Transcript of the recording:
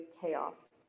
chaos